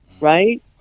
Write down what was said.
right